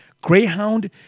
Greyhound